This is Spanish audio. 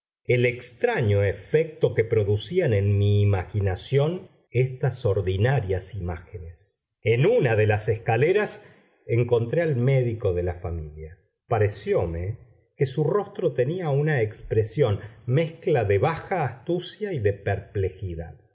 el extraño efecto que producían en mi imaginación estas ordinarias imágenes en una de las escaleras encontré al médico de la familia parecióme que su rostro tenía una expresión mezcla de baja astucia y de perplejidad